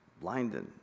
blinded